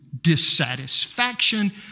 dissatisfaction